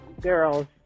girls